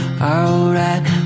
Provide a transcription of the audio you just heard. alright